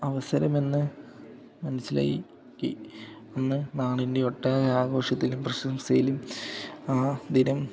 അവസരമെന്ന് മനസ്സിലായി ക്കി അന്ന് നാടിൻ്റെ ഒട്ടായ ആഘോഷത്തിലും പ്രശംസയിലും ആ ദിനം